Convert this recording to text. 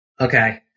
Okay